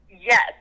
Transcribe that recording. Yes